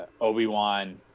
obi-wan